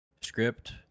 Script